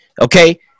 okay